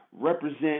represent